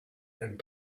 and